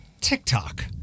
TikTok